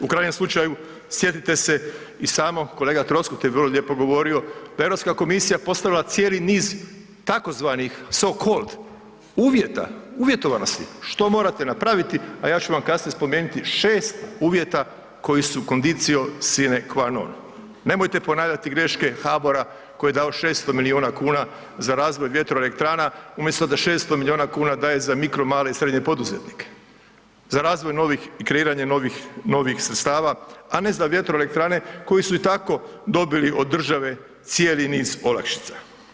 U krajnjem slučaju sjetite se i samo kolega Troskot je vrlo lijepo govorio da je Europska komisija postavila cijeli niz tzv. sokold uvjeta, uvjetovanosti što morate napraviti, a ja ću vam kasnije spomenuti 6 uvjeta koji su conditio sine qua non, nemojte ponavljati greške HBOR-a koji je dao 600 milijuna kuna za razvoj vjetroelektrana umjesto da 600 milijuna kuna daje za mikro male i srednje poduzetnike, za razvoj novih i kreiranje novih, novih sredstava, a ne za vjetroelektrane koji su i tako dobili od države cijeli niz olakšica.